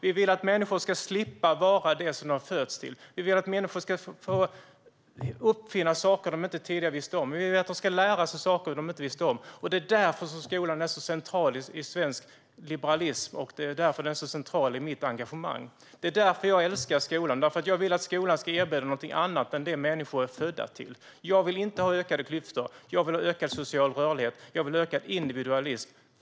Vi vill att människor ska slippa vara det som de föds till. Vi vill att människor ska kunna uppfinna saker som de tidigare inte kände till. Vi vill att de ska lära sig saker de inte visste något om. Därför är skolan så central i svensk liberalism och i mitt engagemang. Och det är därför jag älskar skolan. Jag vill nämligen att den ska erbjuda något annat än vad människor är födda till. Jag vill inte ha ökade klyftor, utan jag vill ha ökad social rörlighet och ökad individualism.